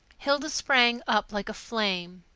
hilda sprang up like a flame.